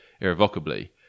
irrevocably